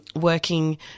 working